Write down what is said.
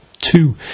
two